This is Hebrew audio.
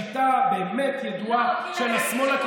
שיטה באמת ידועה של השמאל.